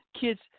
kids